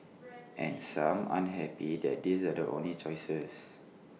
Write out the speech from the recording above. and some aren't happy that these are the only choices